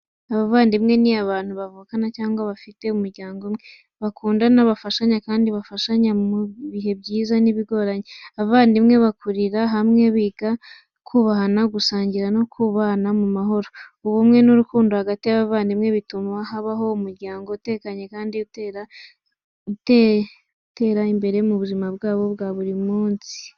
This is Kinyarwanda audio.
Abavandimwe ni abantu bavukana cyangwa bafite umuryango umwe. Bakundana, bafashanya kandi bagafashanya mu bihe byiza n’ibigoranye. Abavandimwe bakurira hamwe, biga kubahana, gusangira no kubana mu mahoro. Ubumwe n’urukundo hagati y’abavandimwe bituma habaho umuryango utekanye kandi utera imbere mu buzima bwabo bwa buri munsi.